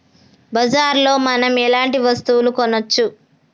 బజార్ లో మనం ఎలాంటి వస్తువులు కొనచ్చు?